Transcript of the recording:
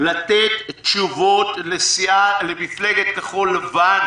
לתת תשובות למפלגת כחול לבן,